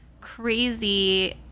crazy